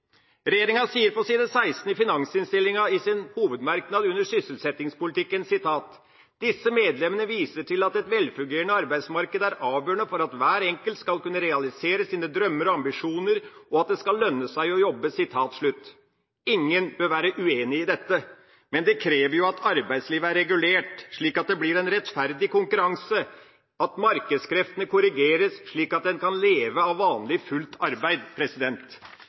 Regjeringa sier på side 16 i finansinnstillinga – i sin hovedmerknad under sysselsettingspolitikken: «Disse medlemmer viser til at et velfungerende arbeidsmarked er avgjørende for at hver enkelt skal kunne realisere sine drømmer og ambisjoner, og at det skal lønne seg å jobbe.» Ingen bør være uenig i dette. Men det krever at arbeidslivet er regulert, slik at det blir en rettferdig konkurranse, og at markedskreftene korrigeres, slik at en kan leve av vanlig, fullt arbeid.